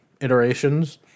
iterations